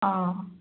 অঁ